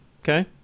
Okay